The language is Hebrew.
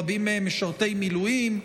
רבים מהם משרתי מילואים,